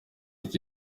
iki